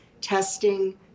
testing